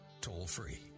toll-free